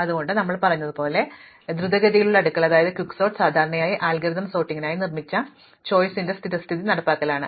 അതുകൊണ്ടാണ് ഞങ്ങൾ പറഞ്ഞതുപോലെ ദ്രുതഗതിയിലുള്ള അടുക്കൽ സാധാരണയായി അൽഗോരിതം സോർട്ടിംഗിനായി നിർമ്മിച്ച ചോയിസിന്റെ സ്ഥിരസ്ഥിതി നടപ്പാക്കലാണ്